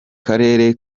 karere